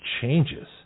changes